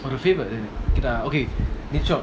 okay கேட்டா:keta